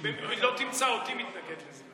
לא תמצא אותי מתנגד לזה.